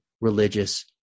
religious